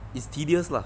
it's tedious lah